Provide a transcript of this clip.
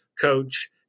coach